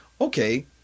okay